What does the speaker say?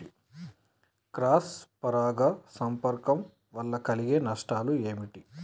Cross పరాగ సంపర్కం వల్ల కలిగే నష్టాలు ఏమిటి?